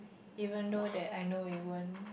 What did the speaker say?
even though that I know it won't